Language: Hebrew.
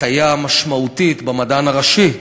הטיה משמעותית במדען הראשי,